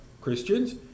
Christians